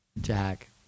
Jack